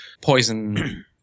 poison